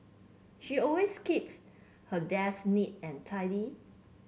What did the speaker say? she always keeps her desk neat and tidy